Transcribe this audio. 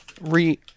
re